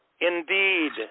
indeed